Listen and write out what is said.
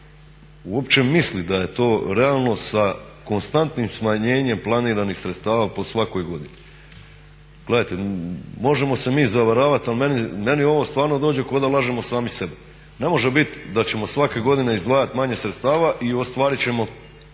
uopće misli da je to realno sa konstantnim smanjenjem planiranih sredstava po svakoj godini. Gledajte, možemo se mi zavaravati ali meni ovo stvarno dođe kao da lažemo sami sebe. Ne može biti da ćemo svake godine izdvajati manje sredstava i ostvarit ćemo